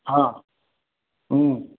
हां